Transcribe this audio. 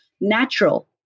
Natural